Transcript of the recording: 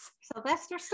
Sylvester